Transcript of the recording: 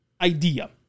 idea